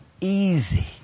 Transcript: easy